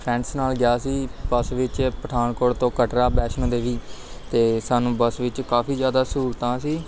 friends ਨਾਲ ਗਿਆ ਸੀ ਬੱਸ ਵਿੱਚ ਪਠਾਨਕੋਟ ਤੋਂ ਕਟਰਾ ਵੈਸ਼ਨੋ ਦੇਵੀ ਅਤੇ ਸਾਨੂੰ ਬੱਸ ਵਿੱਚ ਕਾਫ਼ੀ ਜ਼ਿਆਦਾ ਸਹੂਲਤਾਂ ਸੀ